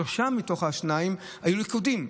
שלושה מתוך השניים היו לכודים,